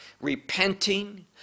repenting